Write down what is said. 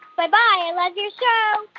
bye-bye, i love your show